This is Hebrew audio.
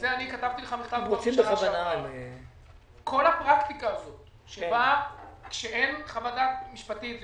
כל הפרקטיקה הזאת שבה כשאין חוות דעת משפטית זה